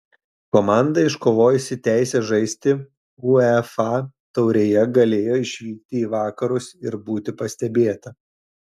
komanda iškovojusi teisę žaisti uefa taurėje galėjo išvykti į vakarus ir būti pastebėta